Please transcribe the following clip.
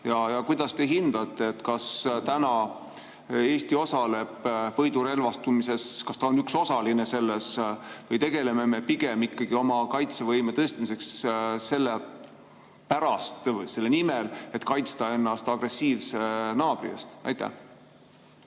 Kuidas te hindate, kas täna Eesti osaleb võidurelvastumises? Kas Eesti on üks osaline selles või tegeleme me pigem ikkagi oma kaitsevõime tõstmisega selle nimel, et kaitsta ennast agressiivse naabri eest? Suur